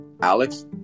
Alex